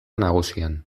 nagusian